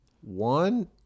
one